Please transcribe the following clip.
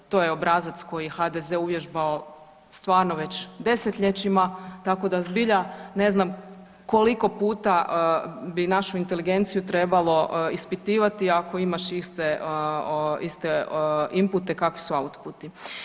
To je obrazac koji je HDZ uvježbao stvarno već desetljećima tako da zbilja ne znam koliko puta bi našu inteligenciju trebalo ispitivati ako imaš iste, iste inpute kakvi su outputi.